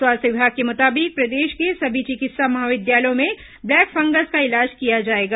स्वास्थ्य विभाग के मुताबिक प्रदेश के सभी चिकित्सा महाविद्यालयों में ब्लैक फंगस का इलाज किया जाएगा